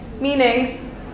Meaning